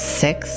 six